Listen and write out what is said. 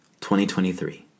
2023